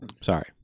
Sorry